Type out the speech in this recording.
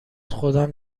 خودم